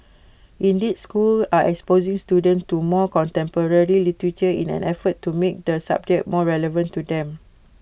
indeed schools are exposing students to more contemporary literature in an effort to make the subject more relevant to them